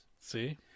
see